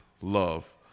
love